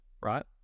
right